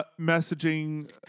messaging